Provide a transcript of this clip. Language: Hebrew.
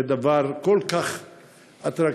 זה דבר כל כך אטרקטיבי,